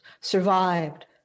survived